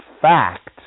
fact